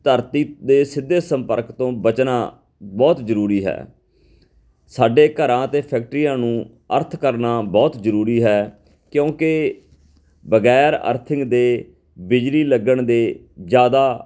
ਧਰਤੀ ਦੇ ਸਿੱਧੇ ਸੰਪਰਕ ਤੋਂ ਬਚਣਾ ਬਹੁਤ ਜ਼ਰੂਰੀ ਹੈ ਸਾਡੇ ਘਰਾਂ ਅਤੇ ਫੈਕਟਰੀਆਂ ਨੂੰ ਅਰਥ ਕਰਨਾ ਬਹੁਤ ਜ਼ਰੂਰੀ ਹੈ ਕਿਉਂਕਿ ਬਗੈਰ ਅਰਥਿੰਗ ਦੇ ਬਿਜਲੀ ਲੱਗਣ ਦੇ ਜ਼ਿਆਦਾ